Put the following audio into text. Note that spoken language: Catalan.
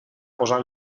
posar